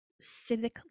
civic